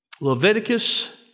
Leviticus